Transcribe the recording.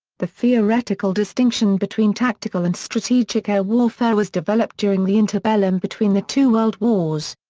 the theoretical distinction between tactical and strategic air warfare was developed during the interbellum between the two world wars.